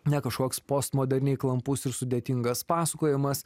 ne kažkoks postmoderniai klampus ir sudėtingas pasakojimas